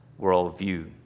worldview